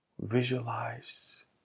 visualize